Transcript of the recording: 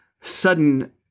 sudden